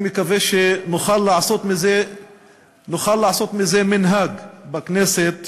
אני מקווה שנוכל לעשות מזה מנהג בכנסת,